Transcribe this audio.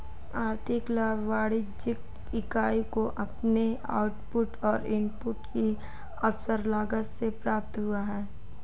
आर्थिक लाभ वाणिज्यिक इकाई को अपने आउटपुट और इनपुट की अवसर लागत से प्राप्त हुआ है